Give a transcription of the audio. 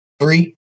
three